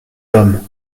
hommes